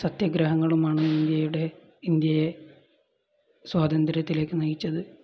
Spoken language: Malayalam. സത്യഗ്രഹങ്ങളുമാണ് ഇന്ത്യയുടെ ഇന്ത്യയെ സ്വാതന്ത്ര്യത്തിലേക്കു നയിച്ചത്